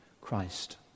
Christ